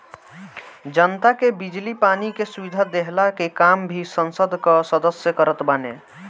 जनता के बिजली पानी के सुविधा देहला के काम भी संसद कअ सदस्य करत बाने